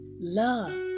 love